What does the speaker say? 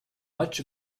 much